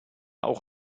auch